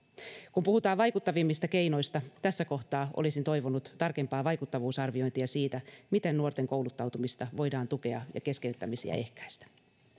kun puhutaan vaikuttavimmista keinoista tässä kohtaa olisin toivonut tarkempaa vaikuttavuusarviointia siitä miten nuorten kouluttautumista voidaan tukea ja keskeyttämisiä ehkäistä